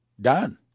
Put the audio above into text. Done